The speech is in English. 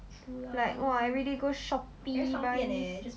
like !wah! everyday go shopee buy this